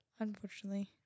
Unfortunately